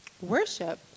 worship